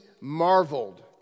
marveled